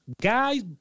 Guys